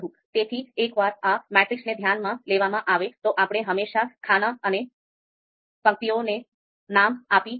તેથી એકવાર આ મેટ્રિક્સને ધ્યાનમાં લેવામાં આવે તો આપણે હંમેશાં ખાના અને પંક્તિઓને નામ આપી શકીએ